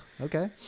Okay